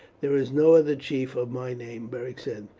there is no other chief of my name, beric said.